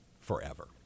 forever